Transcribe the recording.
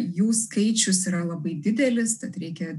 jų skaičius yra labai didelis tad reikia